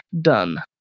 done